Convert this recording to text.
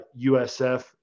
USF